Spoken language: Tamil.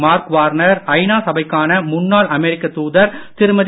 மார்க் வார்னர் ஐநா சபைக்கான முன்னாள் அமெரிக்க தூதர் திருமதி